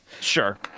Sure